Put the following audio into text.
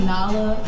Nala